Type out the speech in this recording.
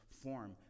form